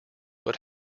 but